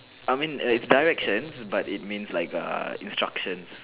I mean directions but it means like a instructions